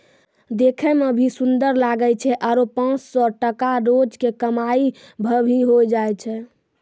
देखै मॅ भी सुन्दर लागै छै आरो पांच सौ टका रोज के कमाई भा भी होय जाय छै